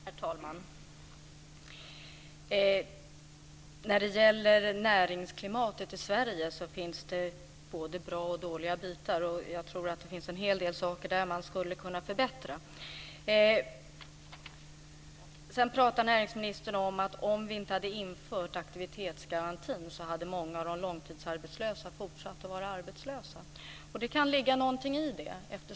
Herr talman! När det gäller näringsklimatet i Sverige finns det både bra och dåliga bitar. Jag tror att det finns en hel del saker där som man skulle kunna förbättra. Sedan säger näringsministern att om vi inte hade infört aktivitetsgarantin så hade många av de långtidsarbetslösa fortsatt att vara arbetslösa. Det kan ligga någonting i det.